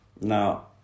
Now